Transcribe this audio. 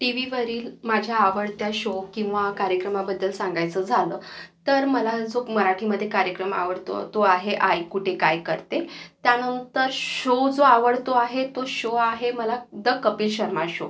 टीवीवरील माझ्या आवडत्या शो किंवा कार्यक्रमाबद्दल सांगायचं झालं तर मला जो मराठीमध्ये कार्यक्रम आवडतो तो आहे आई कुठे काय करते त्यानंतर शो जो आवडतो आहे तो शो आहे मला द कपिल शर्मा शो